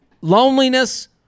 loneliness